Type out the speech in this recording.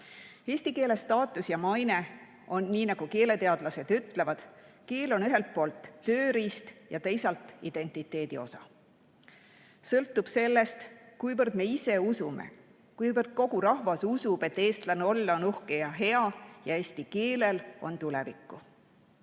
Eesti keele staatus ja maine on, nii nagu keeleteadlased ütlevad, selline, et keel on ühelt poolt tööriist ja teisalt identiteedi osa. Sõltub sellest, kui palju me ise usume, kui palju kogu rahvas usub, et eestlane olla on uhke ja hea ja et eesti keelel on tulevikku,